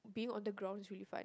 be on the ground you find